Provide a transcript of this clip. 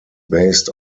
based